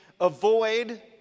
avoid